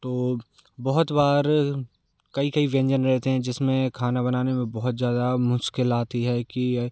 तो बहुत बार कई कई व्यंजन रहते हैं जिसमें खाना बनाने में बहुत ज़्यादा मुश्किल आती है कि